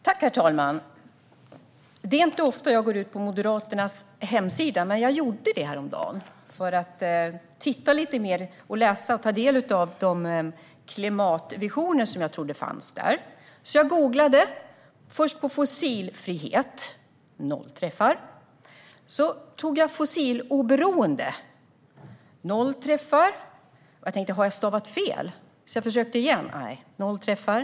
Herr talman! Det är inte ofta jag tittar på Moderaternas hemsida, men jag gjorde det häromdagen för att ta del av de klimatvisioner som jag trodde fanns där. Jag sökte först på fossilfrihet - noll träffar. Sedan sökte jag på fossiloberoende - noll träffar. Jag tänkte: Har jag stavat fel? Jag försökte igen - noll träffar.